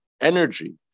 energy